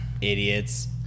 Idiots